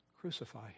crucify